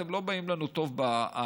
אתם לא באים לנו טוב בעין.